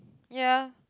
ya